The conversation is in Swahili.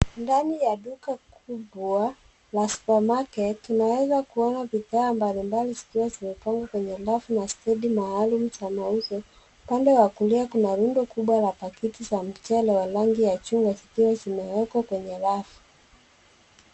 Ndani ya duka kubwa la supermarket , tunaweza kuona bidhaa mbalimbali zikiwa zimepangwa kwenye rafu na stendi maalum za mauzo. Upande wa kulia kuna rundo kubwa la paketi za mchele ya rangi ya jua zikiwa zimewekwa kwenye rafu.